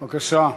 בבקשה,